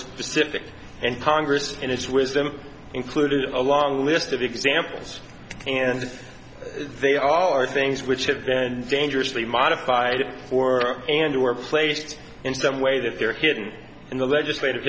specific and congress in its wisdom included a long list of examples and they all are things which have then dangerously modified for and were placed in some way that they're hidden in the legislative